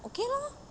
okay lor